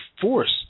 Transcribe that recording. forced